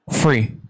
free